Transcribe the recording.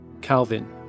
Calvin